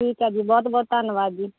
ਠੀਕ ਹੈ ਜੀ ਬਹੁਤ ਬਹੁਤ ਧੰਨਵਾਦ ਜੀ